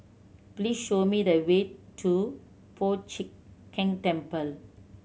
please show me the way to Po Chiak Keng Temple